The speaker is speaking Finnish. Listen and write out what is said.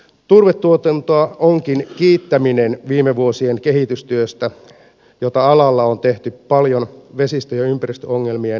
turvetuotantoa onkin kiittäminen viime vuosien kehitystyöstä jota alalla on tehty paljon vesistö ja ympäristöongelmien ratkaisemiseksi